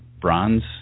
Bronze